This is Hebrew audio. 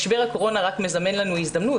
משבר הקורונה רק מזמן לנו הזדמנות,